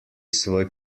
svoj